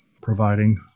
providing